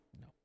No